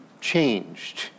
changed